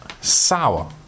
sour